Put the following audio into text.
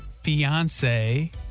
fiance